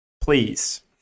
Please